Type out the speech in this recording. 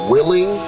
Willing